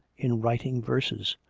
in writing verses.